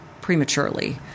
prematurely